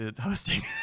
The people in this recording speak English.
hosting